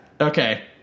Okay